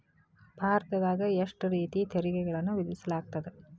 ಭಾರತದಾಗ ಎಷ್ಟ ರೇತಿ ತೆರಿಗೆಗಳನ್ನ ವಿಧಿಸಲಾಗ್ತದ?